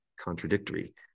contradictory